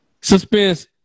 Suspense